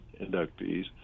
inductees